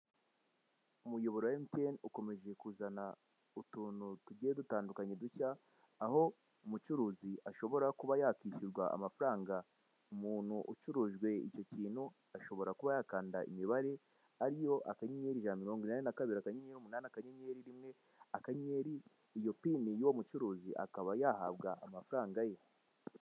Umuyoboro wa Emutiyeni ukomeje kuzana utuntu tugiye dutandukanye dushya, aho umucuruzi ashobora kuba yakwishyurwa amafaranga, umuntu ucurujwe icyo kintu ashobora kuba yakanda imibare ariyo: akanyenyeri ijana na mirongo inani na kabiri, akanyenyeri umunani, akanyenyeri rimwe, akanyenyeri iyo pini y'uwo mucuruzi, akaba yahabwa amafaranga ye.